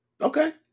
Okay